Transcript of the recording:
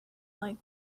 like